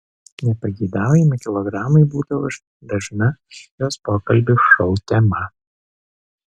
nepageidaujami kilogramai būdavo dažna jos pokalbių šou tema